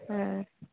हूँ